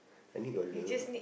I need your love